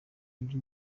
undi